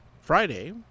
Friday